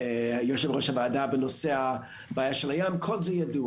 הכנסת יושב-ראש הוועדה בנושא הבעיה של הים - כל זה ידוע